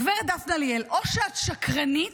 הגב' דפנה ליאל, או שאת שקרנית